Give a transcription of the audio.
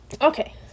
Okay